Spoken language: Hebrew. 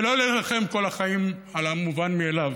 ולא להילחם כל החיים על המובן מאליו,